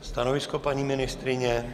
Stanovisko paní ministryně?